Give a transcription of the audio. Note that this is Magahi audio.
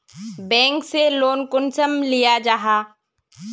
बैंक से लोन कुंसम लिया जाहा?